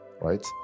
right